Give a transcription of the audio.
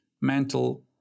mental